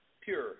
pure